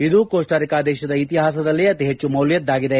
ಇದು ಕೋಸ್ಟರಿಕಾ ದೇಶದ ಇತಿಹಾಸದಲ್ಲೇ ಅತಿ ಹೆಚ್ಚು ಮೌಲ್ಲದ್ದಾಗಿದೆ